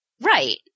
Right